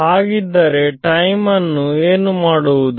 ಹಾಗಿದ್ದರೆ ಟೈಮ್ ಅನ್ನು ಏನು ಮಾಡುವುದು